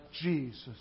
Jesus